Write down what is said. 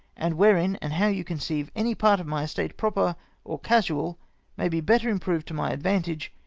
and wherein and how you conceive any part of my estate proper or casual may be better improved to my advantage,